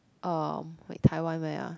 um wait Taiwan where ah